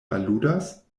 aludas